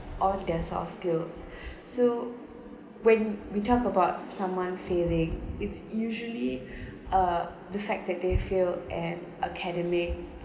of their soft skills so when we talk about someone failing is usually uh the fact that they failed an academic